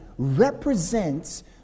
represents